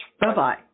Bye-bye